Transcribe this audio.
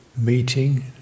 meeting